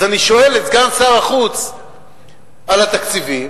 אז אני שואל את סגן שר החוץ על התקציבים